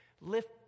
lift